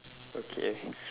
okay